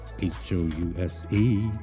H-O-U-S-E